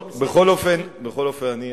בכל אופן אני,